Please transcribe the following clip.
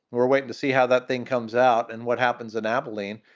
we're waiting to see how that thing comes out and what happens in abilene.